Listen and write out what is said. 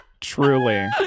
Truly